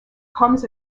comes